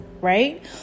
right